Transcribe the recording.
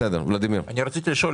רציתי לשאול,